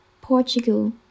Portugal